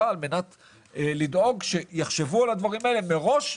על מנת לדאוג שיחשבו על הדברים האלה מראש,